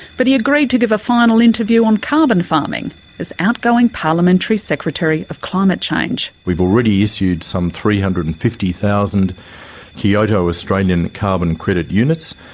but he agreed to give a final interview on carbon farming as outgoing parliamentary secretary of climate change. we've already issued some three hundred and fifty thousand kyoto australian carbon credit units,